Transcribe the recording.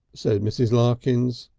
said mrs. larkins.